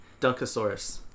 Dunkosaurus